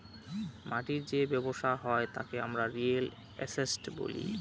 মাটির যে ব্যবসা হয় তাকে আমরা রিয়েল এস্টেট বলি